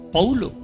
Paulo